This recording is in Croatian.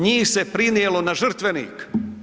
Njih se prinijelo na žrtvenik.